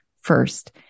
first